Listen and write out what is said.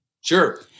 Sure